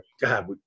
God